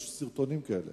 אבל יש סרטונים כאלה